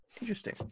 Interesting